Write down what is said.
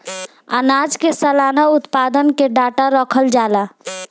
आनाज के सलाना उत्पादन के डाटा रखल जाला